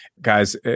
Guys